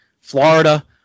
Florida